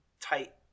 tight